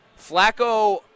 Flacco